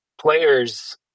players